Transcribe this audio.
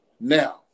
Now